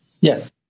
Yes